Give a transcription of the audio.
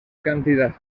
cantidad